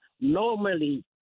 Normally